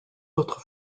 autres